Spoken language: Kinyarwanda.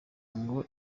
ngo